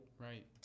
right